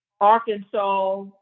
Arkansas